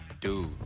Dude